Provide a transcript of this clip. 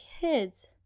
kids